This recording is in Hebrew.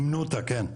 הימנותא, כן.